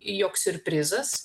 joks siurprizas